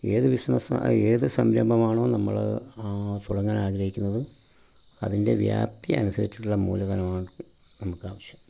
ഏത് ബിസിനസ് ഏത് സംരംഭമാണോ നമ്മള് തുടങ്ങാൻ ആഗ്രഹിക്കുന്നത് അതിൻ്റെ വ്യാപ്തി അനുസരിച്ചിട്ടുള്ള മൂലധനമാണ് നമുക്ക് ആവശ്യം